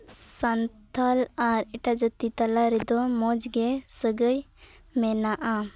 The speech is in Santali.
ᱥᱟᱱᱛᱟᱲ ᱟᱨ ᱮᱴᱟᱜ ᱡᱟᱹᱛᱤ ᱛᱟᱞᱟ ᱨᱮᱫᱚ ᱢᱚᱡᱽ ᱜᱮ ᱥᱟᱹᱜᱟᱹᱭ ᱢᱮᱱᱟᱜᱼᱟ